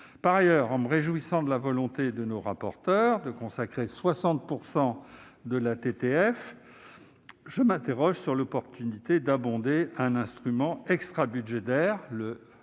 Par ailleurs, tout en me réjouissant de la volonté de nos rapporteurs de consacrer à l'APD 60 % du produit de la TTF, je m'interroge sur l'opportunité d'abonder un instrument extrabudgétaire, le